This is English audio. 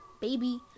baby